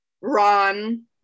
Ron